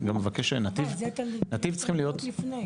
זה כבר צריך להיות לפני.